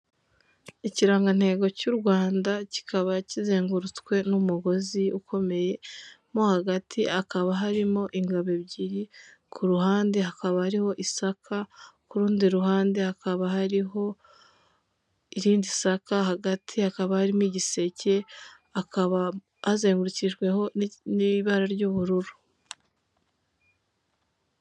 Ikirangantego cy'u Rwanda kikaba kizengurutswe n'umugozi ukomeye, mo hagati hakaba harimo ingabo ebyiri, ku ruhande hakaba hariho isaka, ku rundi ruhande hakaba hariho irindi saka, hagati hakaba harimo igiseke, hakaba hazengurukijweho n'ibara ry'ubururu.